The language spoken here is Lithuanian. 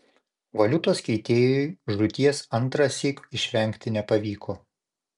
valiutos keitėjui žūties antrąsyk išvengti nepavyko